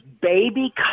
baby